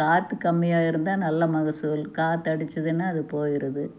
காற்று கம்மியாகிருந்த தான் நல்ல மகசூல் காற்றடிச்சிதுனா அது போயிடுது